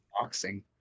boxing